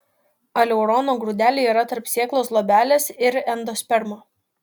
aleurono grūdeliai yra tarp sėklos luobelės ir endospermo